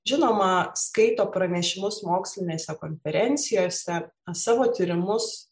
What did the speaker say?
žinoma skaito pranešimus mokslinėse konferencijose savo tyrimus